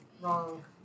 wrong